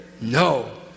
No